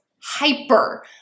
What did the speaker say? hyper